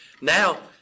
now